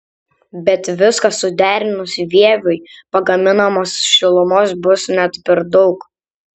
bet viską suderinus vieviui pagaminamos šilumos bus net per daug